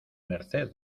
merced